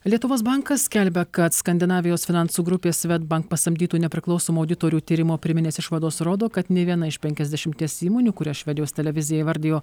lietuvos bankas skelbia kad skandinavijos finansų grupės swedbank pasamdytų nepriklausomų auditorių tyrimo pirminės išvados rodo kad nė viena iš penkiasdešimties įmonių kurias švedijos televizija įvardijo